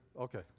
Okay